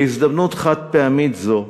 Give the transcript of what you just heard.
בהזדמנות חד-פעמית זאת,